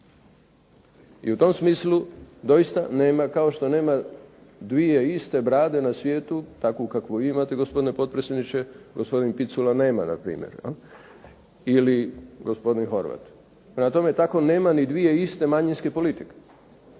I u tom smislu doista nema kao što nema dvije iste brade na svijetu takvu kakvu vi imate potpredsjedniče, gospodin Picula nema na primjer ili gospodin Horvat. Prema tome, tako nema ni dvije iste manjinske politike.